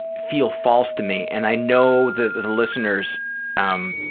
feel false to me. and i know the listeners um,